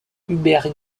hubert